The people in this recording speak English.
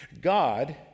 God